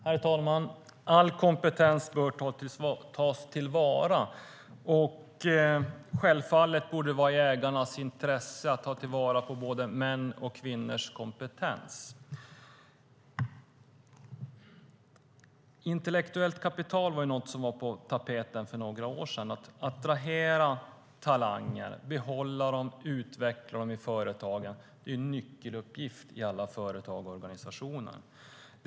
Herr talman! All kompetens bör tas till vara. Självfallet borde det ligga i ägarnas intresse att ta till vara både mäns och kvinnors kompetens. Intellektuellt kapital var på tapeten för några år sedan. Att attrahera talanger, behålla och utveckla dem i företagen är en nyckeluppgift i alla företag och organisationer.